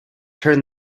turn